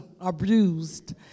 abused